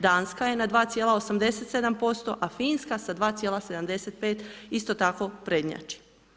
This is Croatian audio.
Danska je na 2,87%, a Finska sa 2,75 isto tako prednjači.